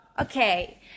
Okay